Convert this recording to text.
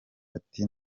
ati